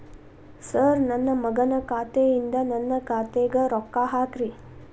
sir ನನ್ನ ಮಗನ ಖಾತೆ ಯಿಂದ ನನ್ನ ಖಾತೆಗ ರೊಕ್ಕಾ ಹಾಕ್ರಿ